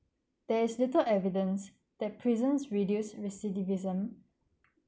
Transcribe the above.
there is little evidence that prison reduce recidivism